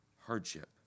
hardship